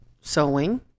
sewing